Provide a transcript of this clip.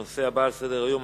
הנושא הבא על סדר-היום,